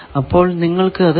അപ്പോൾ നിങ്ങൾക്കു അത് 9